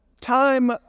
time